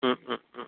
മ് മ് മ്